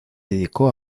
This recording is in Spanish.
dedicó